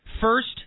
First